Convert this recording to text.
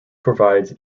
provides